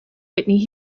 whitney